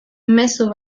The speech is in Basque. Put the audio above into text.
mezu